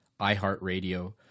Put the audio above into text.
iHeartRadio